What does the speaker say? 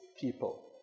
people